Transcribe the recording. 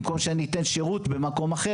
במקום שאני אתן שירות במקום אחר,